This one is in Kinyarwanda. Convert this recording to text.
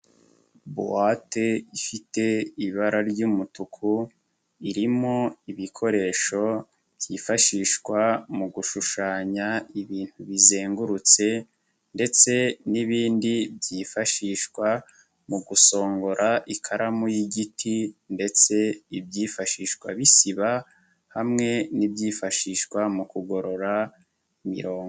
Buwate ifite ibara ry'umutuku, irimo ibikoresho byifashishwa mu gushushanya ibintu bizengurutse ndetse n'ibindi byifashishwa mu gusongora ikaramu y'igiti, ndetse ibyifashishwa bisiba hamwe n'ibyifashishwa mu kugorora imirongo.